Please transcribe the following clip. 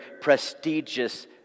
prestigious